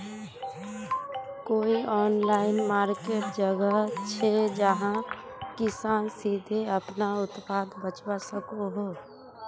कोई online market जगह छे जहाँ किसान सीधे अपना उत्पाद बचवा सको हो?